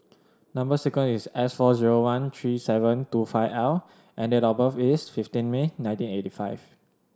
number sequence is S four zero one three seven two five L and date of birth is fifteen May nineteen eighty five